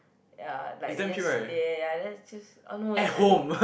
ya like they just sit there ya then just ah no leh I think